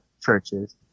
churches